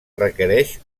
requereix